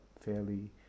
fairly